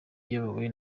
iyobowe